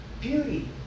beauty